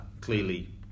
Clearly